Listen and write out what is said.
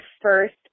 first